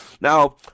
Now